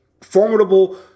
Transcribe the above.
formidable